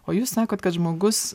o jūs sakot kad žmogus